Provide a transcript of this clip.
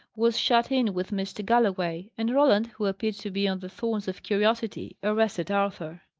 was shut in with mr. galloway and roland, who appeared to be on the thorns of curiosity, arrested arthur.